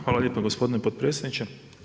Hala lijepa gospodine potpredsjedniče.